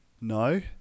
No